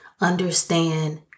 understand